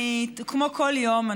כמו כל יום,